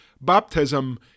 baptism